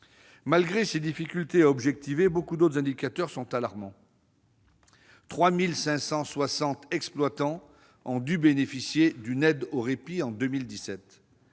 Malgré ces difficultés à objectiver le phénomène, nombre d'autres indicateurs sont alarmants : 3 560 exploitants ont dû bénéficier d'une aide au répit en 2017